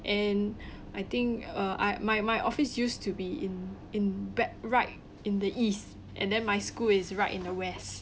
and I think uh I my my office used to be in in back right in the east and then my school is right in the west